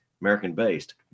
American-based